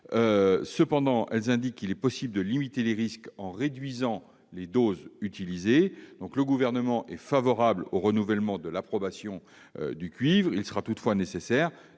Cependant, elle indique qu'il est possible de limiter les risques, en réduisant les doses utilisées. Le Gouvernement est favorable au renouvellement de l'approbation du cuivre. Il sera toutefois nécessaire